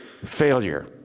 failure